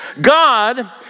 God